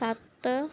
ਸੱਤ